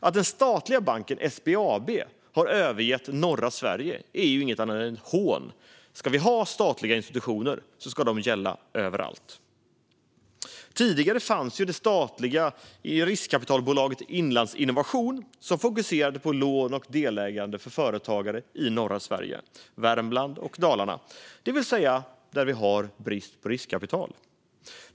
Att den statliga banken SBAB har övergett norra Sverige är inget annat än ett hån. Om vi ska ha statliga institutioner ska de vara tillgängliga överallt. Tidigare fanns det statliga riskkapitalbolaget Inlandsinnovation som fokuserade på lån och delägande för företagare i norra Sverige, Värmland och Dalarna, det vill säga där det är brist på riskkapital.